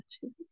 Jesus